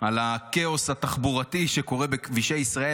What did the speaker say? הכאוס התחבורתי שקורה בכבישי ישראל.